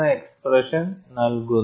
ആ എക്സ്പ്രെഷൻ ഇവിടെ നൽകിയിരിക്കുന്നു